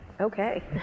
Okay